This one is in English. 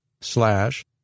slash